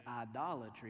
idolatry